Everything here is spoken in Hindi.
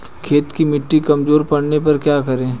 खेत की मिटी कमजोर पड़ने पर क्या करें?